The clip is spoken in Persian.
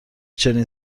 چنین